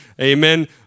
amen